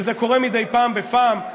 וזה קורה מדי פעם בפעם,